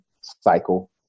cycle